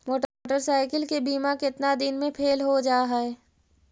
Motorcycle के बिमा केतना दिन मे फेल हो जा है?